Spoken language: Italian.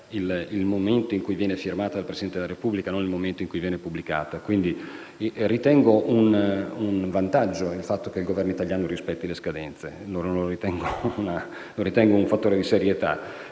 il momento in cui viene firmata dal Presidente della Repubblica, e non il momento in cui viene pubblicata. Ritengo un vantaggio che il Governo italiano rispetti le scadenze e un fattore di serietà.